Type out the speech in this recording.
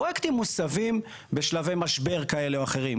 פרויקטים מוסבים בשלבי משבר כאלה או אחרים.